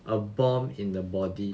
a bomb in the body